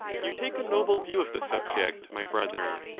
you take a noble view of the subject, my brother,